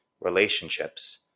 relationships